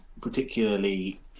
particularly